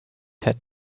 had